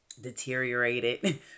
deteriorated